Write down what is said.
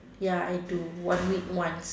ya I do one week once